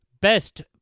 Best